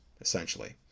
essentially